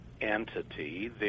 entity